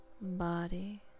body